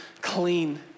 clean